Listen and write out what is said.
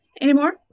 anymore